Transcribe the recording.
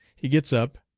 he gets up,